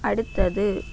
அடுத்தது